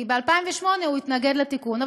כי ב-2008 הוא התנגד לתיקון.